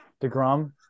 Degrom